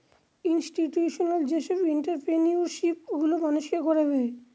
institutional যেসব entrepreneurship গুলো মানুষকে করাবে